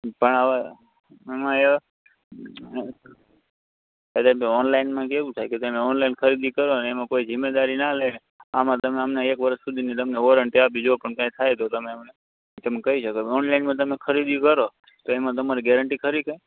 પણ હવે ઓનલાઈનમાં કેવું થાય કે તમે ઓનલાઈન ખરીદી કરો અને એમાં કોઈ જિમ્મેદારી ના લે આમાં અમે તમને એક વર્ષ સુધીની વોરન્ટી આપીએ જો કંઈ થાય તો તમે અમને કઈ શકો ઓનલાઈનમાં તમે ખરીદી કરો તો એમાં તમારે ગેરંટી ખરી કંઈ